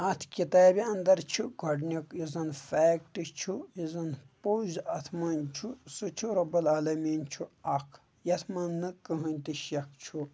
اَتھ کِتابہِ اَندَر چھُ گۄڈٕنیُک یُس زَن فیکٹ چھُ یُس زَن پوٚز اَتھ منٛز چھُ سُہ چھُ رۄب العالمیٖن چھُ اَکھ یَس منٛز نہٕ کٕہۭنۍ تہِ شَک چھُ